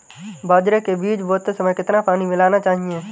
बाजरे के बीज बोते समय कितना पानी मिलाना चाहिए?